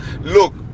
Look